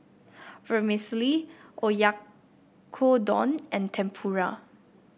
Vermicelli Oyakodon and Tempura